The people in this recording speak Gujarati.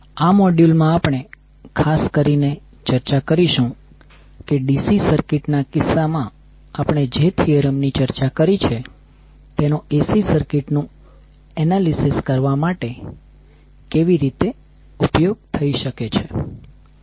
આ મોડ્યૂલ માં આપણે ખાસ કરીને ચર્ચા કરીશું કે DC સર્કિટ ના કિસ્સામાં આપણે જે થીયરમ ની ચર્ચા કરી છે તેનો AC સર્કિટ નું એનાલિસિસ કરવા માટે કેવી રીતે ઉપયોગ થઈ શકે છે